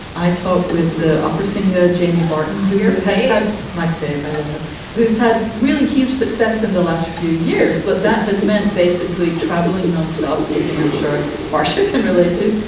i talk with the opera singer. jamie barton has had my food. i love her who's had really huge success in the last few years, but that has meant basically travelling nonstop, something i'm sure marsha can relate to.